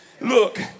look